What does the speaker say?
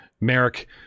merrick